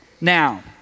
Now